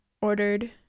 ordered